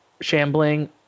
shambling